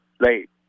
Late